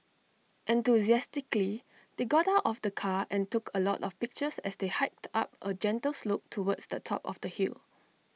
enthusiastically they got out of the car and took A lot of pictures as they hiked up A gentle slope towards the top of the hill